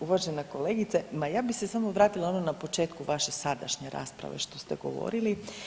Uvažena kolegice, ma ja bi se samo vratila ono na početku vaše sadašnje rasprave što ste govorili.